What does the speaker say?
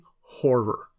horror